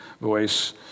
voice